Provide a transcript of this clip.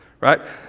Right